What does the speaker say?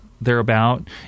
thereabout